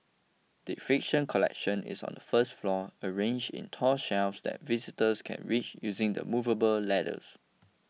the fiction collection is on the first floor arranged in tall shelves that visitors can reach using the movable ladders